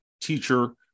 teacher